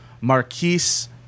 Marquise